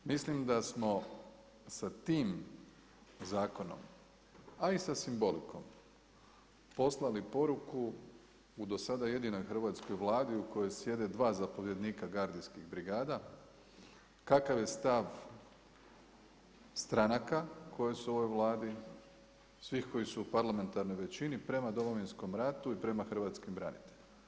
Mislim da smo sa tim zakonom, a i sa simbolikom poslali poruku u do sada jedinoj hrvatskoj Vladi u kojoj sjede dva zapovjednika gardijskih brigada kakav je stav stranaka koje su u ovoj Vladi, svih koji su u parlamentarnoj većini, prema Domovinskom ratu i prema hrvatskim branitelja.